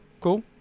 cool